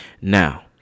Now